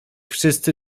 wszyscy